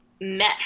Met